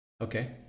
Okay